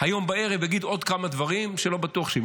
היום בערב יגיד עוד כמה דברים שלא בטוח שהם